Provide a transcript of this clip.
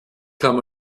kann